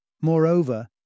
Moreover